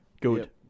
Good